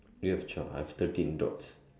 do you have twelve I have thirteen dots